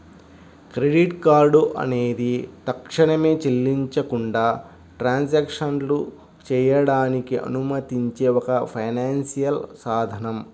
credit card అనేది తక్షణమే చెల్లించకుండా ట్రాన్సాక్షన్లు చేయడానికి అనుమతించే ఒక ఫైనాన్షియల్ సాధనం